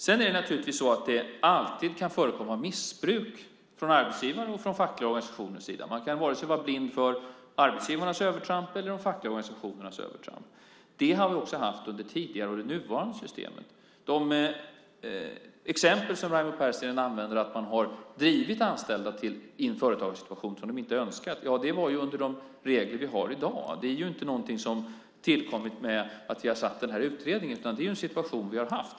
Sedan kan det naturligtvis alltid förekomma missbruk från arbetsgivares och från fackliga organisationers sida. Man ska inte vara blind för vare sig arbetsgivarnas övertramp eller de fackliga organisationernas övertramp. Det har också skett under det tidigare och det nuvarande systemet. De exempel som Raimo Pärssinen använder är att man har drivit in anställda i en företagssituation som de inte önskat. Ja, det var ju med de regler som vi har i dag. Det är inte någonting som har tillkommit i och med att vi har tillsatt den här utredningen, utan det är en situation vi har haft.